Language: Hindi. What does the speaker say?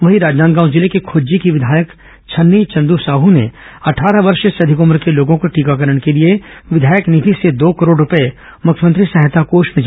वहीं राजनांदगांव जिले के खुज्जी की विधायक छन्नी चंदू साहू ने अट्ठारह वर्ष से अधिक उम्र के लोगों के टीकाकरण के लिए विधायक निधि से दो करोड़ मुख्यमंत्री सहायता कोष में जमा कराए हैं